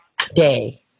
today